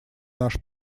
наш